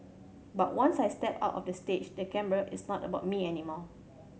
but once I step out of the stage the camera it's not about me anymore